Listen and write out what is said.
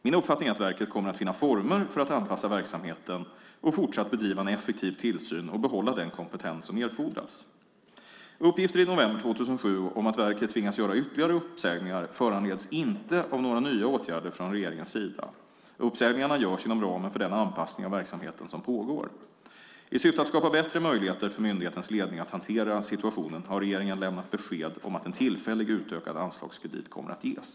Min uppfattning är att verket kommer att finna former för att anpassa verksamheten och fortsatt bedriva en effektiv tillsyn och behålla den kompetens som erfordras. Uppgifter i november 2007 om att verket tvingas göra ytterligare uppsägningar föranleds inte av några nya åtgärder från regeringens sida. Uppsägningarna görs inom ramen för den anpassning av verksamheten som pågår. I syfte att skapa bättre möjligheter för myndighetens ledning att hantera situationen har regeringen lämnat besked om att en tillfälligt utökad anslagskredit kommer att ges.